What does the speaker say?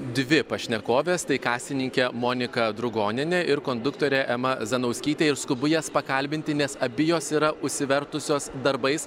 dvi pašnekovės tai kasininkė moniką drugonienė ir konduktorė ema zanauskytė ir skubu jas pakalbinti nes abi jos yra užsivertusios darbais